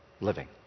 living